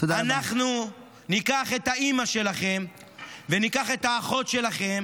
אנחנו ניקח את אימא שלכם וניקח את אחות שלכם